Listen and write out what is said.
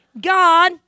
God